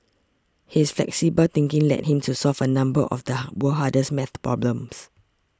his flexible thinking led him to solve a number of the world's hardest math problems